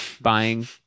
buying